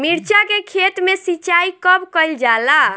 मिर्चा के खेत में सिचाई कब कइल जाला?